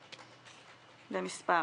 במספר?